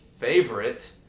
favorite